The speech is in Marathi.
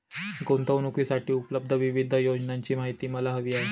गुंतवणूकीसाठी उपलब्ध विविध योजनांची माहिती मला हवी आहे